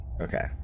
Okay